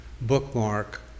bookmark